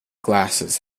glasses